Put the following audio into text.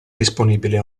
disponibile